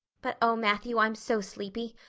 but, oh, matthew, i'm so sleepy.